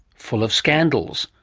full of scandals,